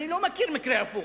אני לא מכיר מקרה הפוך.